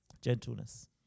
gentleness